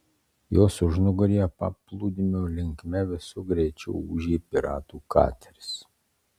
jos užnugaryje paplūdimio linkme visu greičiu ūžė piratų kateris